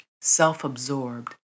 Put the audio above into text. self-absorbed